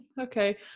okay